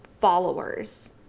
followers